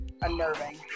unnerving